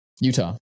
Utah